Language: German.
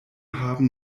haben